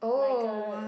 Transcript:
like a